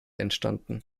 entstanden